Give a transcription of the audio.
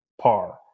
par